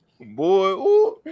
Boy